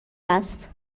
است